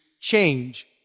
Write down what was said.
change